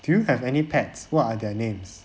do you have any pets what are their names